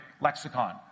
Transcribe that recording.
lexicon